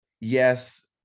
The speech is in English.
yes